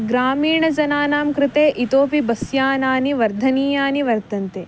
ग्रामीणजनानां कृते इतोपि बस्यानानि वर्धनीयानि वर्तन्ते